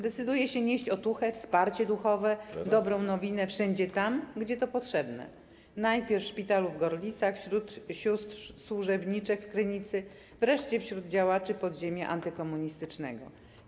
Decyduje się nieść otuchę, wsparcie duchowe, dobrą nowinę wszędzie tam, gdzie to potrzebne - najpierw w szpitalu w Gorlicach wśród sióstr służebniczek w Krynicy, wreszcie wśród działaczy podziemia antykomunistycznego.